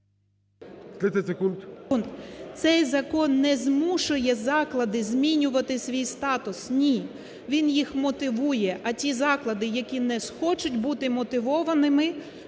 Цей закон не змушує заклади змінювати свій статус, ні, він їх мотивує. А ті заклади, які не схочуть бути мотивованими,